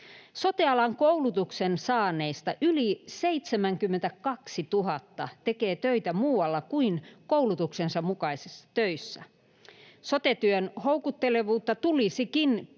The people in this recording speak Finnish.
Sote-alan koulutuksen saaneista yli 72 000 tekee töitä muualla kuin koulutuksensa mukaisissa töissä. Sote-työn houkuttelevuutta tulisikin